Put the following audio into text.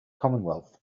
commonwealth